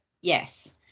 Yes